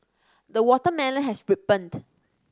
the watermelon has ripened